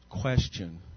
question